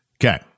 Okay